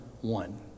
one